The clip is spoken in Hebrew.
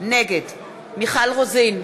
נגד מיכל רוזין,